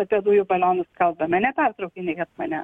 apie dujų balionus kalbame nepertraukinėkit manęs